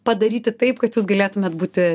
padaryti taip kad jūs galėtumėt būti